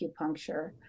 acupuncture